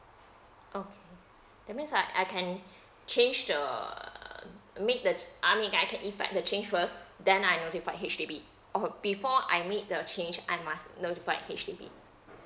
okay that means uh I can change the make the I mean I can effect the change first then I notified H_D_B or before I make the change I must notified H_D_B